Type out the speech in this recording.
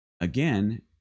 again